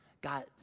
God